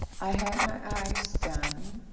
i had my eyes done.